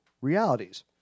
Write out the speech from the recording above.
realities